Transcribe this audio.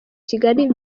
kigali